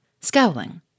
scowling